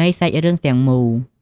នៃសាច់រឿងទាំងមូល។